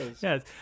yes